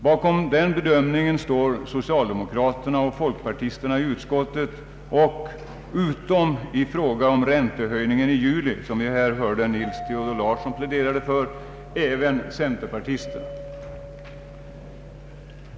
Bakom den bedömningen står socialdemokraterna och folkpartisterna i utskottet och — utom i fråga om räntehöjningen i juli, som herr Nils Theodor Larsson pläderat för även centerpartisterna.